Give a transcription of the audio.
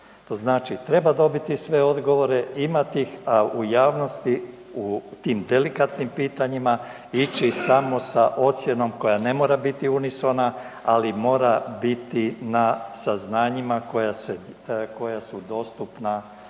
treba dobiti sve odgovore, imati ih, a u javnosti u tim delikatnim pitanjima ići samo sa ocjenom koja ne mora biti unisona, ali mora biti na saznanjima koja su dostupna